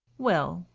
well,